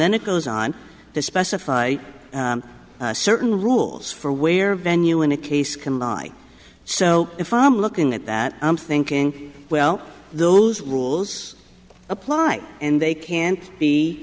then it goes on to specify certain rules for where venue in a case can lie so if i'm looking at that i'm thinking well those rules apply and they can